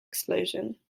explosion